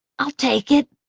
i'll take it.